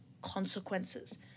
consequences